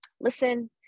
listen